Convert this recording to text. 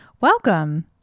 Welcome